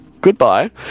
Goodbye